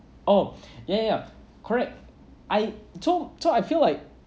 oh ya ya ya correct I so so I feel like